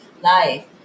life